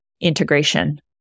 integration